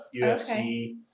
UFC